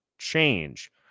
change